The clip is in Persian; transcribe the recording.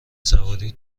سواری